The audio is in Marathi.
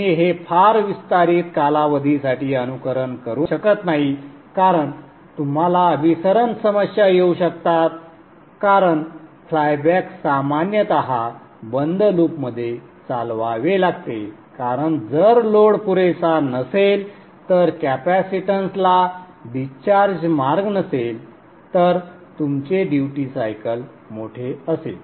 तुम्ही हे फार विस्तारित कालावधीसाठी अनुकरण करू शकत नाही कारण तुम्हाला अभिसरण समस्या येऊ शकतात कारण फ्लायबॅक सामान्यत बंद लूपमध्ये चालवावे लागते कारण जर लोड पुरेसा नसेल तर कॅपेसिटन्सला डिस्चार्ज मार्ग नसेल तर तुमचे ड्युटी सायकल मोठे असेल